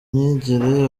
myigire